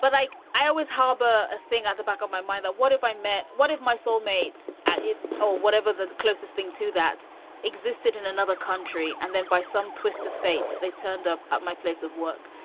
but like i always harbor a thing at the back of my mind. what if i met? what if my soul mates at it or whatever the closest thing to that existed in another country? and then by some twist of fate, they turned up at my place of work.